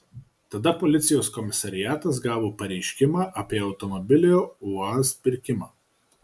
tada policijos komisariatas gavo pareiškimą apie automobilio uaz pirkimą